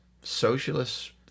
socialist